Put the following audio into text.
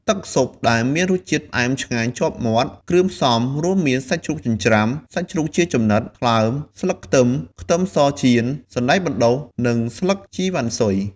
ទឹកស៊ុបដែលមានរសជាតិផ្អែមឆ្ងាញ់ជាប់មាត់ គ្រឿងផ្សំរួមមានសាច់ជ្រូកចិញ្ច្រាំ សាច់ជ្រូកជាចំណិត ថ្លើម ស្លឹកខ្ទឹម ខ្ទឹមសចៀន សណ្ដែកបណ្ដុះ និងស្លឹកជីរវ៉ាន់ស៊ុយ។